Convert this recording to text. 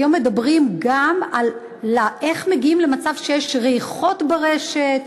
היום מדברים גם על איך מגיעים למצב שיש ריחות ברשת,